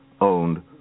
owned